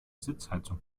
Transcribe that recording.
sitzheizung